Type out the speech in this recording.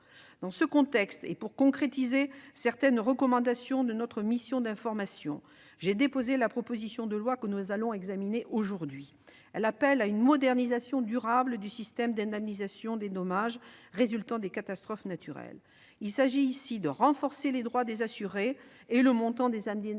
Dans ce contexte, et pour concrétiser certaines recommandations de notre mission d'information, j'ai déposé la proposition de loi que nous allons examiner aujourd'hui. Nous appelons à une modernisation durable du système d'indemnisation des dommages résultant de catastrophes naturelles. Il s'agit de renforcer les droits des assurés et de revaloriser le montant